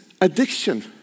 addiction